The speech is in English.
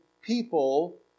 people